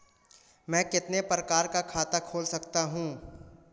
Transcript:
मैं कितने प्रकार का खाता खोल सकता हूँ?